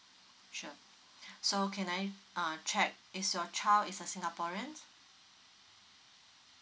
sure so can I uh check is your child is a singaporean